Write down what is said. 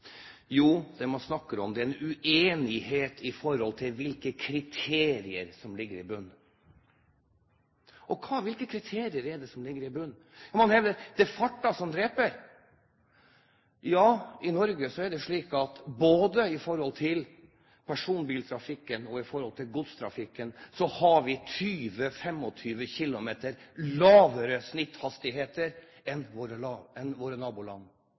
Jo, det man snakker om, er en uenighet om hvilke kriterier som ligger i bunn. Hvilke kriterier er det som ligger i bunn? Man hevder: Det er farten som dreper. Ja, i Norge er det slik at både i forhold til personbiltrafikken og i forhold til godsbiltrafikken har vi 20–25 km lavere snitthastigheter enn våre naboland. Allikevel har vi en mye høyere skadestatistikk i Norge enn det de har i våre naboland.